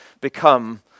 become